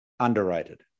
Underrated